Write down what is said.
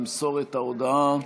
ימסור את ההודעה